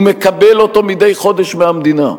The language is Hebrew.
הוא מקבל אותו מדי חודש מהמדינה.